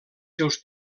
seus